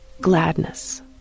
gladness